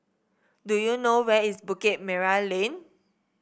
do you know where is Bukit Merah Lane